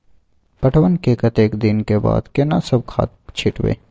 पटवन के कतेक दिन के बाद केना सब खाद छिटबै?